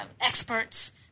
experts